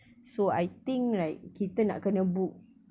so I think like kita nak kena book